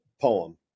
poem